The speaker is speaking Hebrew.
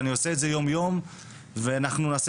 אני עושה את זה יום-יום ואנחנו נעשה